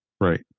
Right